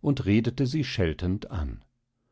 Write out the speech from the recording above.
und redete sie scheltend an